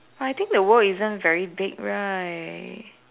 I think the world isn't very big right